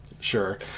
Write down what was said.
Sure